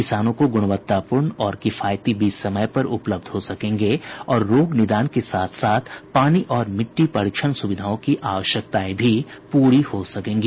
किसानों को गुणवत्तापूर्ण और किफायती बीज समय पर उपलब्ध हो सकेंगे और रोग निदान के साथ साथ पानी और मिट्टी परीक्षण सुविधाओं की आवश्यकताएं भी पूरी हो सकेंगी